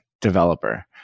developer